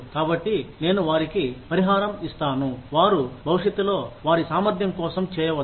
కాబట్టి నేను వారికి పరిహారం ఇస్తాను వారు భవిష్యత్తులో వారి సామర్ధ్యం కోసం చేయవచ్చు